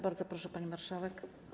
Bardzo proszę, pani marszałek.